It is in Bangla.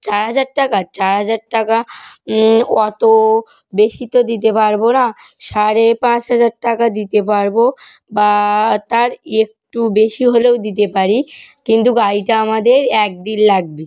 চার হাজার টাকা চার হাজার টাকা অতো বেশি তো দিতে পারবো না সাড়ে পাঁচ হাজার টাকা দিতে পারবো বা তার একটু বেশি হলেও দিতে পারি কিন্তু গাড়িটা আমাদের এক দিন লাগবে